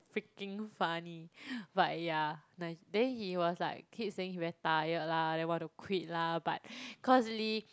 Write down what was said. freaking funny but yeah nice then he was like keep saying he very tired lah then want to quit lah but cause Lee